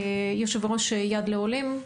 יושב ראש יד לעולים,